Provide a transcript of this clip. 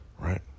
right